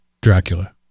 Dracula